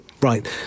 right